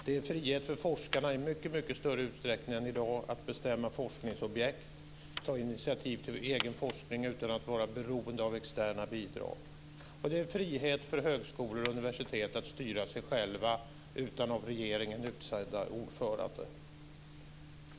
Det är frihet för forskarna i mycket större utsträckning än i dag att bestämma forskningsobjekt och ta initiativ till egen forskning utan att vara beroende av externa bidrag. Det är också frihet för högskolor och universitet att styra sig själva utan av regeringen utsedda ordförande.